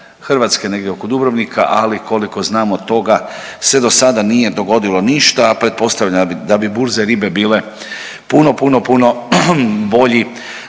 Hrvatske negdje oko Dubrovnika, ali koliko znamo od toga se do sada nije dogodilo ništa, a pretpostavljam da bi burze ribe bile puno, puno, puno bolji